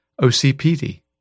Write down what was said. OCPD